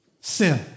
sin